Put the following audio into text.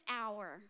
hour